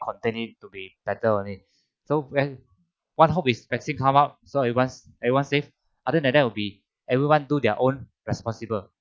continued to be better on it so when what hope is vaccine come out so everyone everyone safe other than that will be everyone do their own responsible